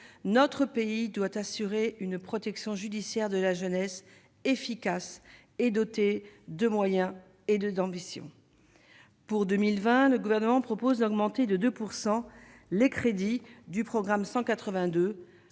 notre pays doit assurer une protection judiciaire de la jeunesse, efficace et dotée de moyens et de d'ambition pour 2020, le gouvernement propose d'augmenter de 2 pourcent les crédits du programme 182